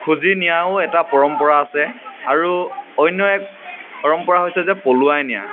খুজি নিয়াও এটা পৰম্পৰা আছে আৰু অন্য এক পৰম্পৰা হৈছে যে পলুৱাই নিয়া